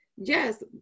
yes